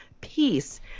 peace